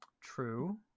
True